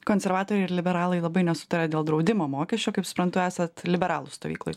konservatoriai ir liberalai labai nesutaria dėl draudimo mokesčio kaip suprantu esat liberalų stovykloj